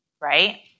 right